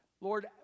Lord